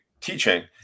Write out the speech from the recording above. teaching